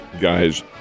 guys